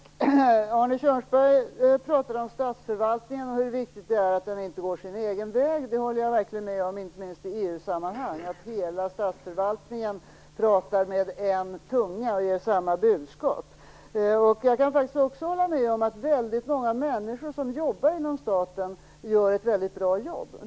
Fru talman! Arne Kjörnsberg pratade om statsförvaltningen och om hur viktigt det är att den inte går sin egen väg. Jag håller verkligen med om att det är viktigt, inte minst i EU-sammanhang, att hela statsförvaltningen talar med en tunga och ger samma budskap. Jag kan faktiskt också hålla med om att väldigt många människor som jobbar inom staten gör ett mycket bra jobb.